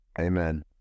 Amen